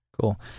Cool